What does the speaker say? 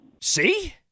See